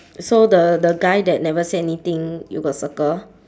so the the guy that never say anything you got circle